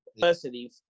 Personally